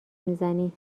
میزنی